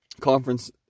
conference